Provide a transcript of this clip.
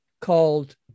called